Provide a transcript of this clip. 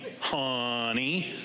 honey